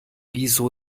wieso